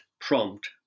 prompt